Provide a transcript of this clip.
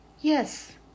Yes